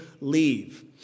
leave